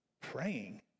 praying